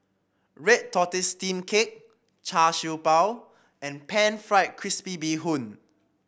Red Tortoise Steamed Cake Char Siew Bao and pan fried crispy Bee Hoon